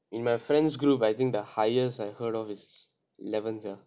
in my friend's group I think the highest I heard of is eleventh sia